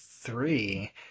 three